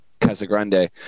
Casagrande